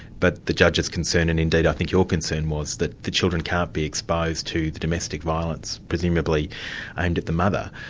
but the judge's concern and indeed i think your concern, was that the children can't be exposed to the domestic violence, presumably aimed at the mother.